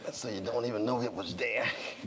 and so you don't even know it was there.